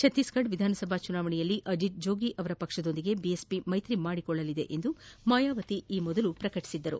ಛತ್ತೀಸ್ಗಢ ವಿಧಾನಸಭಾ ಬುನಾವಣೆಯಲ್ಲಿ ಅಜಿತ್ ಜೋಗಿ ಅವರ ಪಕ್ಷದೊಂದಿಗೆ ಬಿಎಸ್ಸಿ ಮೈತ್ರಿ ಮಾಡಿಕೊಳ್ಳಲಿದೆ ಎಂದು ಮಾಯಾವತಿ ಈ ಮೊದಲು ಪ್ರಕಟಿಸಿದ್ದರು